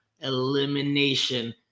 elimination